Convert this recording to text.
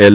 L